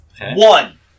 One